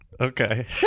Okay